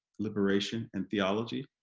liberation and theology.